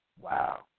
Wow